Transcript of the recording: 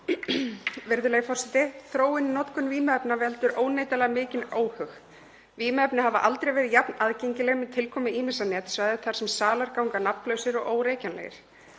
Virðulegur forseti. Þróunin í notkun vímuefna veldur óneitanlega miklum óhug. Vímuefni hafa aldrei verið jafn aðgengileg með tilkomu ýmissa netsvæða þar sem salar ganga nafnlausir og órekjanlegir.